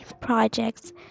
projects